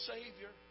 Savior